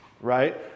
right